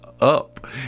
up